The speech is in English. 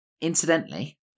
Incidentally